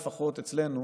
לפחות אצלנו,